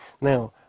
Now